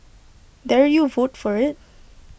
dare you vote for IT